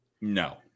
No